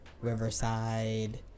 Riverside